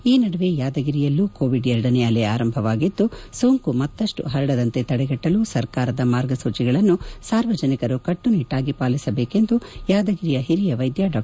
ಈ ನಡುವೆ ಯಾದಗಿರಿಯಲ್ಲೂ ಕೋವಿಡ್ ಎರಡನೇ ಅಲೆ ಆರಂಭವಾಗಿದ್ದು ಸೋಂಕು ಮತ್ತಷ್ಟು ಪರಡದಂತೆ ತಡೆಗಟ್ಟಲು ಸರಕಾರದ ಮಾರ್ಗಸೂಚಿಗಳನ್ನು ಸಾರ್ವಜನಿಕರು ಕಟ್ಟುನಿಟ್ಟಾಗಿ ಪಾಲಿಸಬೇಕು ಎಂದು ಯಾದಗಿರಿ ಒರಿಯ ವೈದ್ಯ ಡಾ